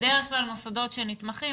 בדרך כלל מוסדות שנתמכים,